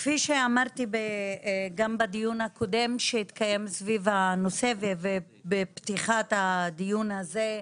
כפי שאמרתי גם בדיון הקודם שהתקיים סביב הנושא ובפתיחת הדיון הזה,